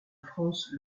france